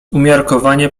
umiarkowanie